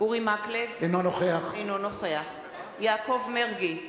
אינו נוכח יעקב מרגי,